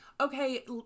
okay